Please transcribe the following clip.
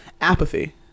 apathy